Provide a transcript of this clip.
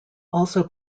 also